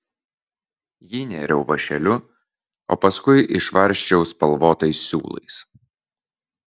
jį nėriau vąšeliu o paskui išvarsčiau spalvotais siūlais